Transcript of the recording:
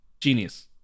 genius